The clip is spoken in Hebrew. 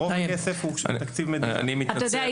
אני מתנצל,